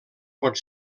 pot